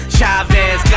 Chavez